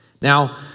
Now